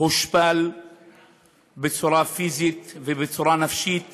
והושפל בצורה פיזית ובצורה נפשית